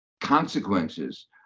consequences